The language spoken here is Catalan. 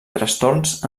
trastorns